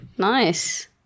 nice